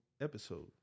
episode